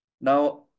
Now